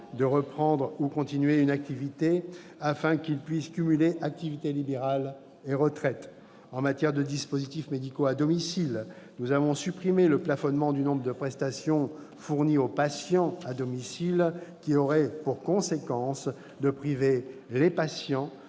de reprendre ou de continuer une activité, afin qu'ils puissent cumuler activité libérale et retraite. En matière de dispositifs médicaux à domicile, nous avons supprimé le plafonnement du nombre de prestations fournies aux patients à domicile, qui aurait pour conséquence de les priver de ces